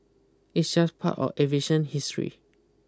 it's just part of aviation history